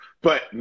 But-